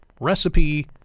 recipe